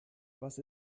was